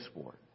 sport